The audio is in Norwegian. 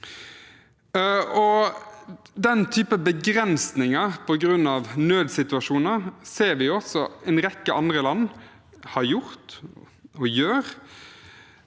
Den typen begrensninger på grunn av nødssituasjoner ser vi at også en rekke andre land har gjort og gjør,